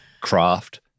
craft